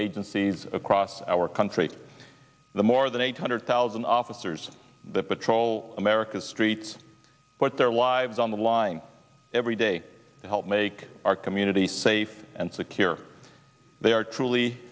agencies across our country the more than eight hundred thousand officers that patrol america's streets put their lives on the line every day to help make our communities safe and secure they are truly